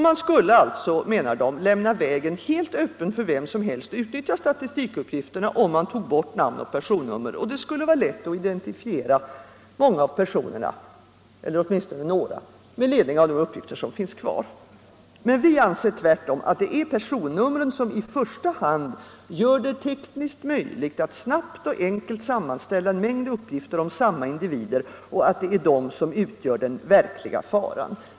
Man skulle alltså, menar de, lämna vägen helt öppen för vem som helst att utnyttja statistikuppgifterna om man tog bort namn och personnummer, och det skulle vara lätt att identifiera många — eller åtminstone några — av personerna med ledning av de uppgifter som finns kvar. Vi anser tvärtom att det är per 51 sonnumren som i första hand gör det tekniskt möjligt att snabbt och enkelt sammanställa en mängd uppgifter om samma individer och att det är de som utgör den verkliga faran.